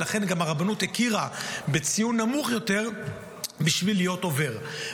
ולכן גם הרבנות הכירה בציון נמוך יותר כציון עובר.